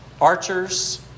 Archers